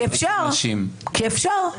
כי אפשר.